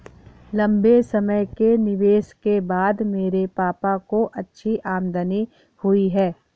लंबे समय के निवेश के बाद मेरे पापा को अच्छी आमदनी हुई है